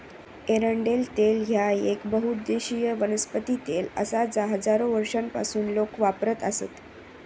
एरंडेल तेल ह्या येक बहुउद्देशीय वनस्पती तेल आसा जा हजारो वर्षांपासून लोक वापरत आसत